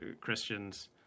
Christians